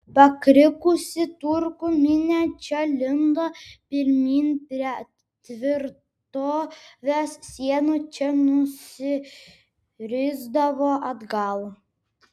pakrikusi turkų minia čia lindo pirmyn prie tvirtovės sienų čia nusirisdavo atgal